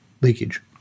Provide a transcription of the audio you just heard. leakage